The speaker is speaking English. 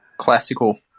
Classical